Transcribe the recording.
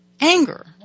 anger